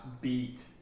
beat